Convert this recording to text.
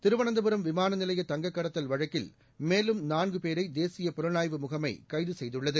திருவனந்தபுரம் விமான நிலைய தங்கக் கடத்தல் வழக்கில் மேலும் நான்கு பேரை தேசிய புலனாய்வு முகமை கைது செய்துள்ளது